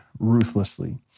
Ruthlessly